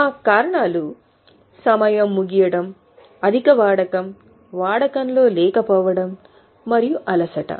ఆ కారణాలు సమయం ముగియడం అధిక వాడకం వాడుకలో లేకపోవడం మరియు అలసట